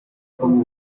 congo